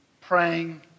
praying